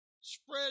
spread